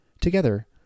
Together